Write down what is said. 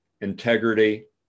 integrity